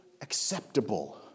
acceptable